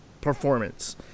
performance